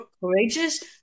courageous